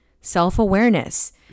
self-awareness